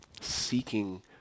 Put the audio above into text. seeking